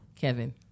Kevin